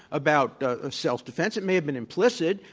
about self-defense. it may have been implicit,